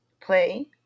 Play